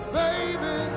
baby